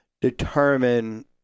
determine